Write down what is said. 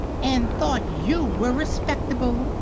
and thought you were respectable!